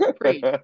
great